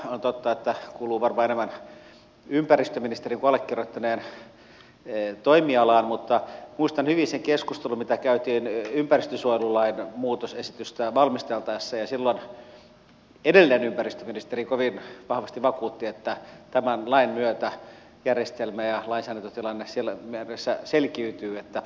on totta että se kuuluu varmaan enemmän ympäristöministerin kuin allekirjoittaneen toimialaan mutta muistan hyvin sen keskustelun mikä käytiin ympäristösuojelulain muutosesitystä valmisteltaessa ja silloin edellinen ympäristöministeri kovin vahvasti vakuutti että tämän lain myötä järjestelmä ja lainsäädäntötilanne siinä mielessä selkiytyy että turveluovutukseen saadaan vauhtia